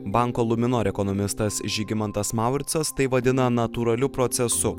banko luminor ekonomistas žygimantas mauricas tai vadina natūraliu procesu